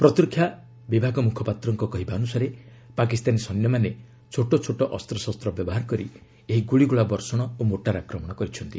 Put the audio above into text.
ପ୍ରତିରକ୍ଷା ମୁଖପାତ୍ରଙ୍କ କହିବା ଅନୁସାରେ ପାକିସ୍ତାନୀ ସୈନ୍ୟମାନେ ଛୋଟ ଛୋଟ ଅସ୍ତ୍ରଶସ୍ତ ବ୍ୟବହାର କରି ଏହି ଗୁଳିଗୋଳା ବର୍ଷଣ ଓ ମୋର୍ଚାର ଆକ୍ରମଣ କରିଛନ୍ତି